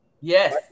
Yes